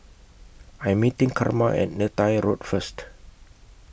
I'm meeting Carma At Neythai Road First